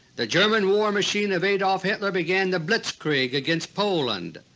the german war machine of adolf hitler began the blitzkrieg against poland.